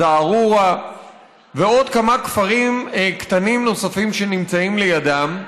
זערורה ועוד כמה כפרים קטנים נוספים שנמצאים לידם,